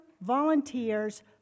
volunteers